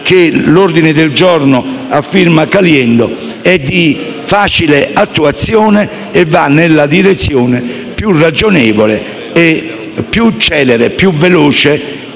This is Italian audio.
che l'ordine del giorno a firma Caliendo è di facile attuazione e va nella direzione più ragionevole e più celere, che il